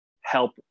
help